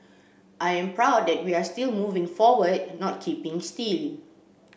I am proud that we are still moving forward not keeping